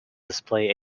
display